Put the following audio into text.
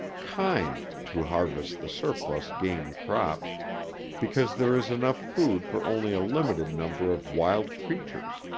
kind to harvest the surplus game crop because there is enough food for only a limited number of wild creatures.